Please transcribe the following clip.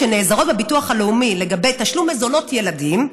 שנעזרות בביטוח הלאומי לגבי תשלום מזונות ילדים,